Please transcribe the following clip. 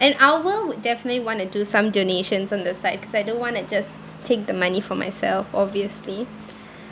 and I will would definitely want to do some donations on the side cause I don't want to just take the money for myself obviously